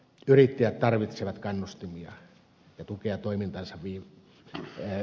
yrittäjät tarvitsevat kannustimia ja tukea toimintansa vireyttämiseen